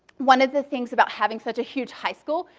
one of the things about having such a huge high school,